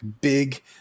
big